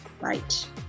Right